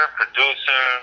producer